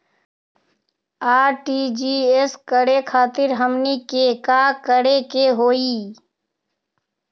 RTGS करे खातीर हमनी के का करे के हो ई?